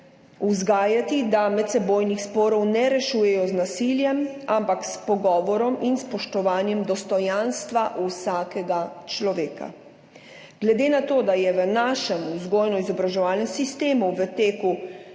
vzgajati, da medsebojnih sporov ne rešujejo z nasiljem, ampak s pogovorom in spoštovanjem dostojanstva vsakega človeka. Glede na to, da je v našem vzgojno-izobraževalnem sistemu v teku